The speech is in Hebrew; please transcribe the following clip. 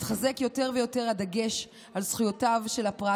מתחזק יותר ויותר הדגש על זכויותיו של הפרט